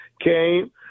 came